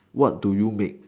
what do you make